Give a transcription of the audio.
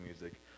music